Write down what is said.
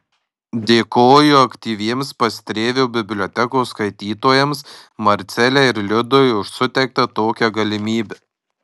dėkoju aktyviems pastrėvio bibliotekos skaitytojams marcelei ir liudui už suteiktą tokią galimybę